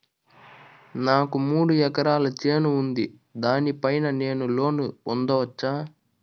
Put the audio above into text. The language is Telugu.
నాకు మూడు ఎకరాలు చేను ఉంది, దాని పైన నేను లోను పొందొచ్చా?